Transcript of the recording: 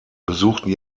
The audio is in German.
besuchten